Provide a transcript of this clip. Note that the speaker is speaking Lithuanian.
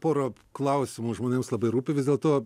pora klausimų žmonėms labai rūpi vis dėlto